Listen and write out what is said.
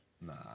Nah